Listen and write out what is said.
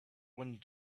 wind